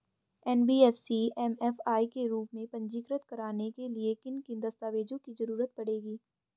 NBFC MFI के रूप में पंजीकृत कराने के लिए किन किन दस्तावेजों की जरूरत पड़ेगी?